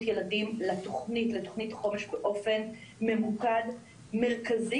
ילדים לתוכנית החומש באופן ממוקד ומרכזי,